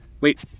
Wait